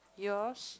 yours